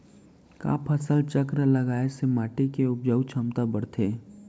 का फसल चक्र लगाय से माटी के उपजाऊ क्षमता बढ़थे?